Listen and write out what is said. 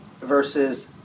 versus